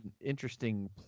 interesting